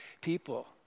people